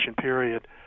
period